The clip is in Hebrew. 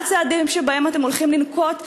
מה הם הצעדים שאתם הולכים לנקוט?